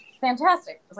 fantastic